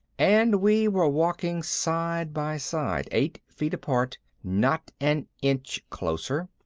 and we were walking side by side, eight feet apart, not an inch closer,